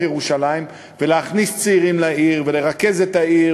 ירושלים ולהכניס צעירים לעיר ולרכז את העיר